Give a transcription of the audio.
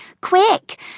Quick